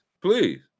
Please